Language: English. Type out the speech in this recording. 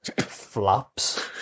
flaps